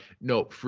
no